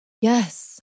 Yes